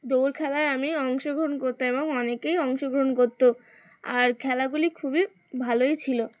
দৌড় খেলায় আমি অংশগ্রহণ করতাম এবং অনেকেই অংশগ্রহণ করতো আর খেলাগুলি খুবই ভালোই ছিলো